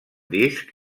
disc